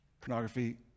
pornography